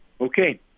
Okay